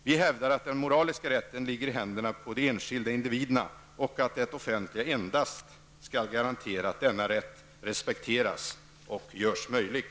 Vi hävdar att den moraliska rätten ligger i händerna på de enskilda individerna och att det offentliga endast skall garantera att denna rätt respekteras och möjliggörs.